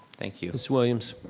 thank you. miss williams.